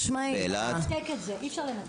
אי אפשר לנתק את זה.